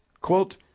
Quote